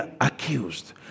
accused